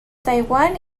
taiwán